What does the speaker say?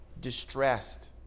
distressed